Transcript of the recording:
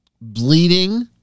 bleeding